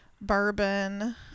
bourbon